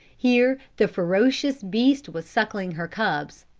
here the ferocious beast was suckling her cubs.